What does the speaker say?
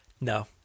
no